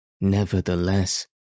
Nevertheless